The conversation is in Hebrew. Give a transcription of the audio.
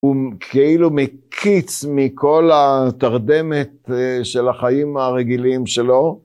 הוא כאילו מקיץ מכל התרדמת של החיים הרגילים שלו.